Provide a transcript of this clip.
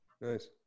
nice